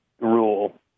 rule